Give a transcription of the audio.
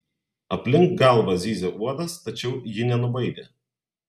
aplink galvą zyzė uodas tačiau ji nenubaidė